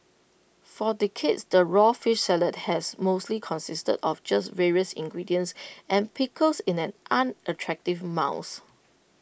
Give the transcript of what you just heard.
for decades the raw fish salad has mostly consisted of just various ingredients and pickles in an unattractive mounds